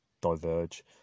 diverge